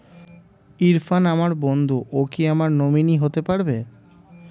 ইরফান আমার বন্ধু ও কি আমার নমিনি হতে পারবে?